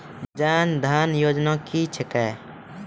जन धन योजना क्या है?